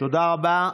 תודה רבה.